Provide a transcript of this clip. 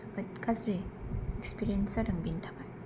जोबोद गाज्रि एक्सपिरियेन्स जादों बेनि थाखाय